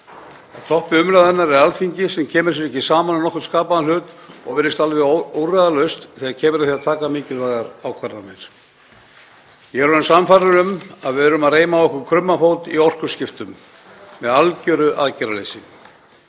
Á toppi umræðunnar er Alþingi sem kemur sér ekki saman um nokkurn skapaðan hlut og virðist alveg úrræðalaust þegar kemur að því að taka mikilvægar ákvarðanir. Ég er sannfærður um að við erum að reima á okkur krummafót í orkuskiptum með algjöru aðgerðaleysi.